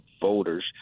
voters